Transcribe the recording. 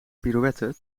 pirouette